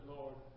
Lord